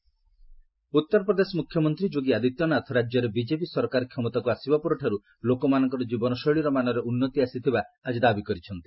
UP Adityanath Uttar Pradesh ମୁଖ୍ୟମନ୍ତ୍ରୀ ଯୋଗୀ ଆଦିତ୍ୟନାଥ ରାଜ୍ୟରେ BJP ସରକାର କ୍ଷମତାକୁ ଆସିବା ପରଠାରୁ ଲୋକମାନଙ୍କର ଜୀବନଶୈଳୀର ମାନରେ ଉନ୍ନତି ଆସିଥିବାର ଆଜି ଦାବି କରିଛନ୍ତି